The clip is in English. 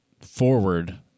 forward